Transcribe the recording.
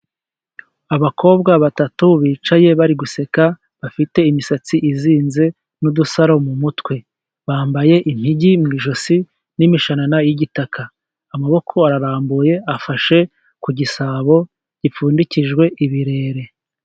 Abakobwa batatu bicaye bari guseka. Bafite imisatsi izinze n'udusaro mu mutwe. Bambaye inigi mu ijosi n'imishanana y'igitaka. Amaboko ararambuye afashe ku gisabo gipfundikijwe ibirere.